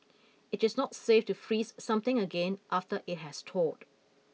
it is not safe to freeze something again after it has thawed